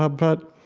ah but